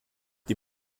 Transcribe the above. die